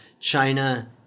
China